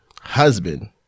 husband